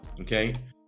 Okay